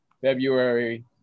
February